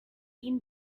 been